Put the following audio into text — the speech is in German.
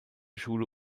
schule